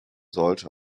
sollte